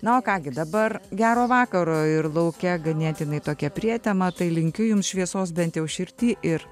na o ką gi dabar gero vakaro ir lauke ganėtinai tokia prietema tai linkiu jums šviesos bent jau širdy ir